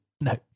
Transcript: No